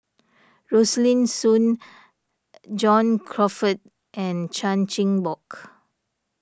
Rosaline Soon John Crawfurd and Chan Chin Bock